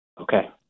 Okay